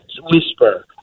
Whisper